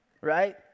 right